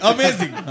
Amazing